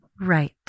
right